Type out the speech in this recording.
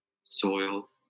soil